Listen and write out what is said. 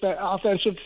offensive